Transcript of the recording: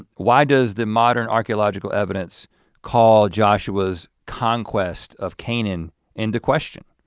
why does the modern archeological evidence call joshua's conquest of canaan into question?